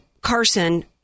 Carson